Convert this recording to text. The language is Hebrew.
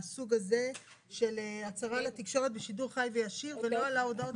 מהסוג הזה של הצהרה לתקשורת בשידור חי וישיר ולא על ההודעות המתפרצות?